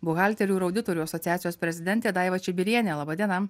buhalterių ir auditorių asociacijos prezidentė daiva čibirienė laba diena